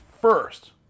first